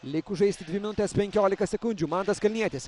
likus žaisti dvi minutes penkiolika sekundžių mantas kalnietis